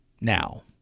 now